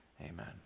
Amen